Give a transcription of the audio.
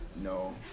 No